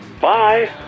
Bye